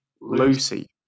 Lucy